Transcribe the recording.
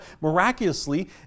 miraculously